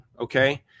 okay